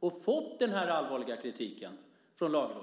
och fått den här allvarliga kritiken från Lagrådet.